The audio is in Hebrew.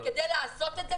וכדי לעשות את זה,